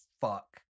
fuck